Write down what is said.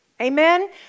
Amen